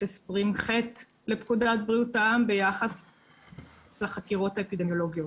20ח לפקודת בריאות העם ביחס לחקירות האפידמיולוגיות.